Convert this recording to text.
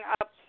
up